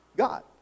God